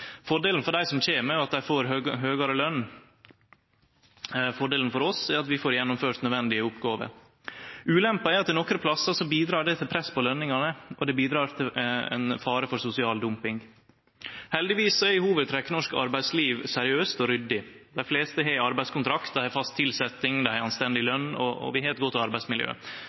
Fordelen for dei som kjem, er jo at dei får høgare løn. Fordelen for oss er at vi får gjennomført nødvendige oppgåver. Ulempa er at det nokre plassar bidreg til press på løningane, og det bidreg til ein fare for sosial dumping. Heldigvis er norsk arbeidsliv i hovudtrekk seriøst og ryddig. Dei fleste har arbeidskontrakt, dei har fast tilsetjing, dei har anstendig løn, og vi har eit godt arbeidsmiljø.